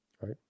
right